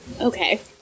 Okay